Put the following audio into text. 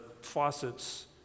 faucets